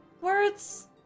Words